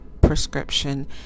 prescription